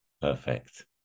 Perfect